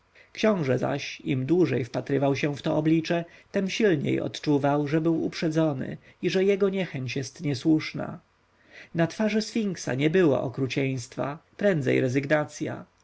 książę zaś im dłużej wpatrywał się w to oblicze tem silniej odczuwał że był uprzedzony i że jego niechęć jest niesłuszna na twarzy sfinksa nie było okrucieństwa prędzej rezygnacja